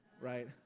right